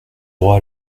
droit